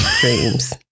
dreams